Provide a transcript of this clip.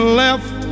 left